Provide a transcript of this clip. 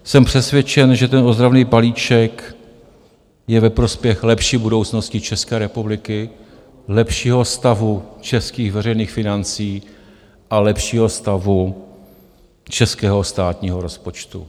Jsem přesvědčen, že ten ozdravný balíček je ve prospěch lepší budoucnosti České republiky, lepšího stavu českých veřejných financí a lepšího stavu českého státního rozpočtu.